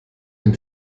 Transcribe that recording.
dem